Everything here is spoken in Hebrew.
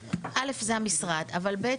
א' זה המשרד, אבל ב'